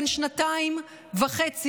בן שנתיים וחצי,